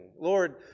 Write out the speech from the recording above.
Lord